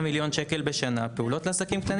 מיליון ₪ בשנה פעולות לעסקים קטנים.